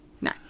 no